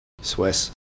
Swiss